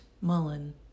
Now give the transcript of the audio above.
Mullen